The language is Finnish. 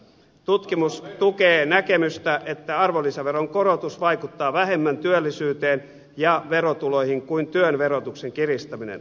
tutkimus tukee näkemystä että arvonlisäveron korotus vaikuttaa vähemmän työllisyyteen ja verotuloihin kuin työn verotuksen kiristäminen